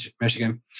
Michigan